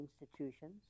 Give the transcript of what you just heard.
institutions